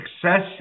Success